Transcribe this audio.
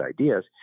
ideas